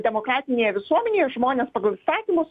demokratinėje visuomenėje žmonės pagal įstatymus